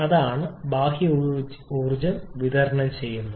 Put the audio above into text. ഇതാണ് ബാഹ്യ ഊർജ്ജം വിതരണം ചെയ്യുന്നത്